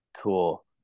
Cool